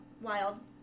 Wild